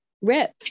Rip